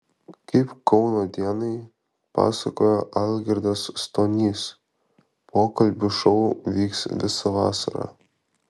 kaip kauno dienai pasakojo algirdas stonys pokalbių šou vyks visą vasarą